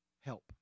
help